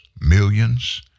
millions